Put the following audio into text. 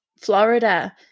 Florida